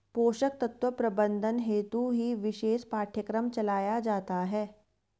पोषक तत्व प्रबंधन हेतु ही विशेष पाठ्यक्रम चलाया जाता है